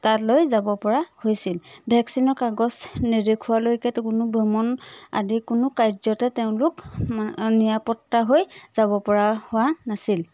তাতলৈ যাব পৰা হৈছিল ভেকচিনৰ কাগজ নিদেখুৱালৈকে কোনো ভ্ৰমণ আদি কোনো কাৰ্যতে তেওঁলোক নিৰাপত্তা হৈ যাব পৰা হোৱা নাছিল